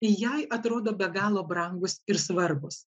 jai atrodo be galo brangūs ir svarbūs